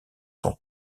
son